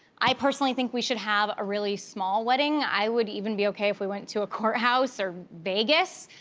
i, personally, think we should have a really small wedding. i would even be okay if we went to a courthouse, or vegas,